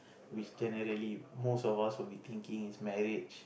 with most of us will be thinking is marriage